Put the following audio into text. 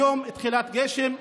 היום, תחילת גשם מבורך,